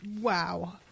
wow